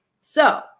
So-